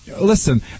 listen